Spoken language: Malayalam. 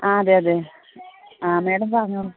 ആ അതെ അതെ ആ മാഡം പറഞ്ഞോളൂ